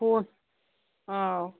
ꯑꯣ ꯑꯥ